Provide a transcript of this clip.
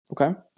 Okay